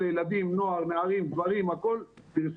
לילדים, נוער, נערים וגברים, את הכול פרסמו